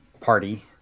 party